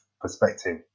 perspective